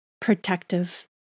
protective